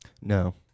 No